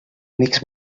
amics